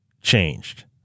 changed